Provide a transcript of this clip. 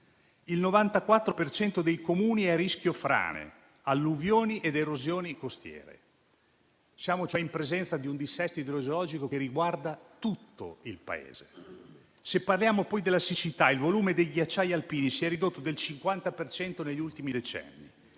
cento dei Comuni è a rischio frane, alluvioni ed erosioni costiere. Siamo cioè in presenza di un dissesto idrogeologico che riguarda tutto il Paese. Se parliamo poi della siccità, il volume dei ghiacciai alpini si è ridotto del 50 per cento negli ultimi decenni.